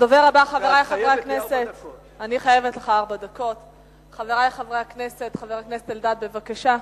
חבר הכנסת אריה אלדד, בבקשה,